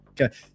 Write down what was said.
Okay